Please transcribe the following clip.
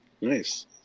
Nice